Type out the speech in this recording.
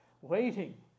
waiting